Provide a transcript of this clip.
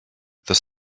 this